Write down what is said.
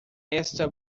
esta